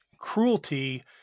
cruelty